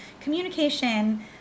communication